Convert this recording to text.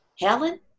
Helen